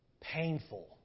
Painful